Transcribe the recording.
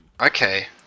Okay